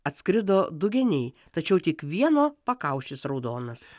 atskrido du geniai tačiau tik vieno pakaušis raudonas